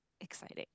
exciting